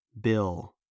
Bill